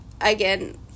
again